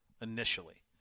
initially